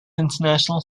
international